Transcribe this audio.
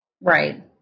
Right